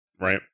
right